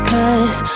Cause